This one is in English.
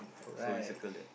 so we circle that